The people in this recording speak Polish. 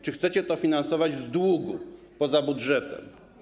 Czy chcecie to finansować z długu, poza budżetem?